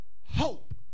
hope